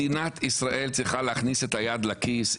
מדינת ישראל צריכה להכניס את היד לכיס,